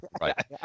right